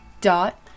dot